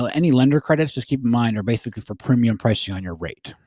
ah any lender credits, just keep in mind are basically for premium pricing on your rate.